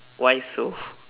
why so